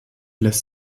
lässt